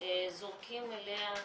זורקים אליה